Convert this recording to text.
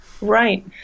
Right